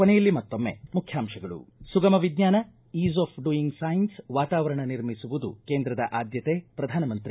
ಕೊನೆಯಲ್ಲಿ ಮತ್ತೊಮ್ಮೆ ಮುಖ್ಯಾಂಶಗಳು ಸುಗಮ ವಿಜ್ಣಾನ ಈಸ್ ಆಫ್ ಡುಯಿಂಗ್ ಸೈನ್ಸ್ ವಾತಾವರಣ ನಿರ್ಮಿಸುವುದು ಕೇಂದ್ರದ ಆದ್ಮತೆ ಪ್ರಧಾನಮಂತ್ರಿ